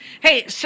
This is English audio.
Hey